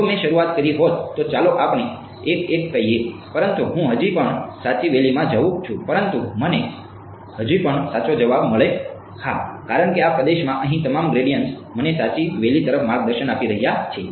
જો મેં શરૂઆત કરી હોત તો ચાલો આપણે એક એક કહીએ પરંતુ હું હજી પણ સાચી વેલીમાં છે